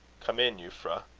come in, euphra.